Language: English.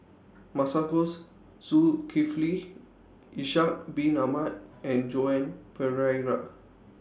Masagos Zulkifli Ishak Bin Ahmad and Joan Pereira